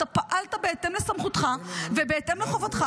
אתה פעלת בהתאם לסמכותך ובהתאם לחובתך,